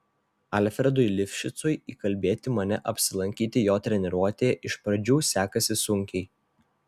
alfredui lifšicui įkalbėti mane apsilankyti jo treniruotėje iš pradžių sekasi sunkiai